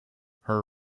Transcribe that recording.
her